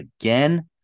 again